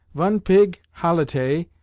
von pig holitay,